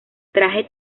traje